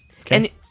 Okay